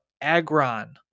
Agron